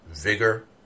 vigor